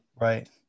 Right